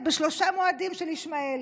ואני נוקבת בשלושה מועדים של ישמעאל.